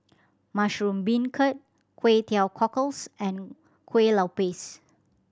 mushroom beancurd Kway Teow Cockles and Kuih Lopes